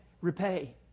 repay